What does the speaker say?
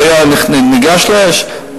הוא היה ניגש לאש?